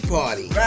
party